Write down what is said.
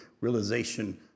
realization